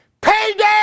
Payday